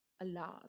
alas